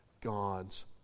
God's